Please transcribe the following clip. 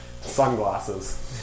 sunglasses